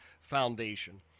Foundation